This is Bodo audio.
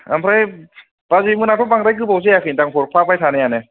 ओमफ्राय बाजै मोनाथ' बांद्राय गोबाव जायाखै दां हरफाबाय थानायानो